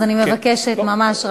אז אני מבקשת ממש,